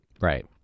Right